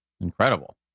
Incredible